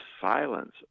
silence